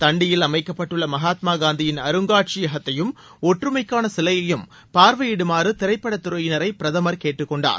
தண்டியில் அமைக்கப்பட்டுள்ள மகாத்மா காந்தியின் அருங்காட்சியத்தையும் ஒற்றுமைக்கான சிலையையும் பார்வையிடுமாறு திரைப்படத்துறையினரை பிரதமர் கேட்டுக்கொண்டார்